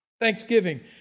thanksgiving